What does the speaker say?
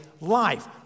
life